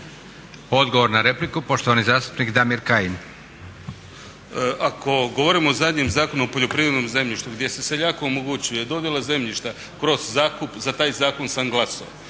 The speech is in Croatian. Odgovor na repliku, poštovani zastupnik Damir Kajin. **Kajin, Damir (ID - DI)** Ako govorimo o zadnjem Zakonu o poljoprivrednom zemljištu gdje se seljaku omogućuje dodjela zemljišta kroz zakup za taj zakon sam glasao.